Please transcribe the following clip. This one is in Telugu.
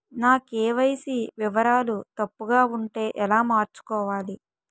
నా కే.వై.సీ వివరాలు తప్పుగా ఉంటే ఎలా మార్చుకోవాలి?